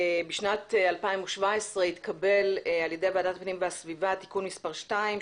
בשנת 2017 התקבל על-ידי ועדת הפנים והגנת הסביבה תיקון מספר 2,